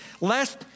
lest